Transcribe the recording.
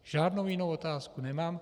Žádnou jinou otázku nemám.